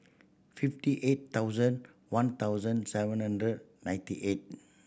fifty eight thousand one thousand seven hundred ninety eight